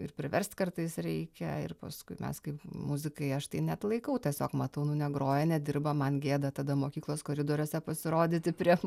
ir priverst kartais reikia ir paskui mes kaip muzikai aš neatlaikau tiesiog matau nu negroja nedirba man gėda tada mokyklos koridoriuose pasirodyti prie